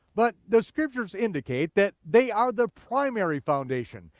but the scriptures indicate that they are the primary foundation,